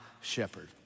shepherd